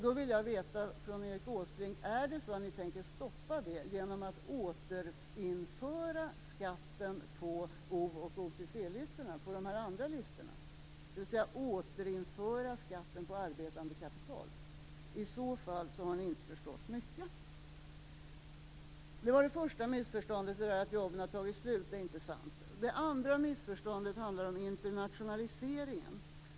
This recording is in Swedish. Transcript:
Då vill jag veta, Erik Åsbrink: Tänker ni stoppa det genom att återinföra skatten på O och OTC-listorna, de andra listorna, dvs. återinföra skatten på arbetande kapital? I så fall har ni inte förstått mycket. Det där med att jobben har tagit slut var det första missförståndet. Det är inte sant. Det andra missförståndet handlar om internationaliseringen.